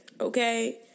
Okay